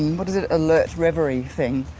what is it, alert reverie thing,